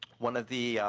one of the